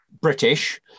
British